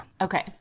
okay